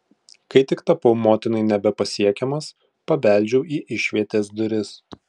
kai tik tapau motinai nebepasiekiamas pabeldžiau į išvietės duris